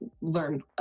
learn